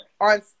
on